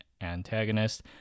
antagonist